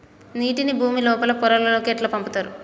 నీటిని భుమి లోపలి పొరలలోకి ఎట్లా పంపుతరు?